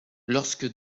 lorsque